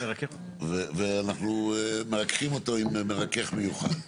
ואנחנו מרככים אותו עם מרכך מיוחד.